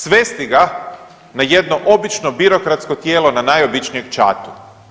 Svesti ga na jedno obično birokratsko tijelo na najobičnijeg čatu.